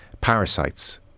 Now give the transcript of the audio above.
parasites